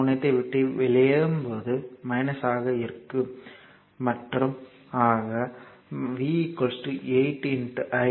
முனையத்தை விட்டு வெளியேறும்போது ஆக இருக்கும் மற்றும்ஆக V 8 I